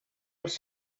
els